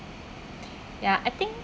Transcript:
ya I think